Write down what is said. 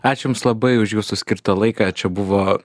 ačiū jums labai už jūsų skirtą laiką čia buvo